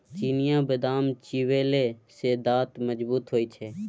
चिनियाबदाम चिबेले सँ दांत मजगूत होए छै